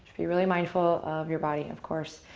be really mindful of your body, of course,